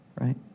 right